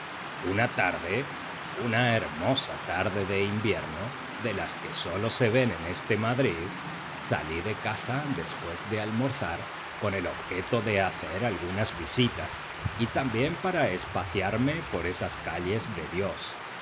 una tarde una hermosa tarde de invierno de las que sólo se ven en este madrid salí de casa después de almorzar con el objeto de hacer algunas visitas y también para espaciarme por esas calles de dios